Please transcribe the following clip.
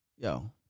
Yo